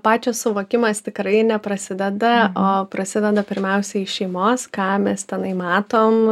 pačio suvokimas tikrai neprasideda o prasideda pirmiausiai iš šeimos ką mes tenai matom